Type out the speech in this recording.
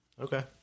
Okay